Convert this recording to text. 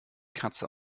katze